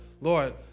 Lord